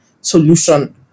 solution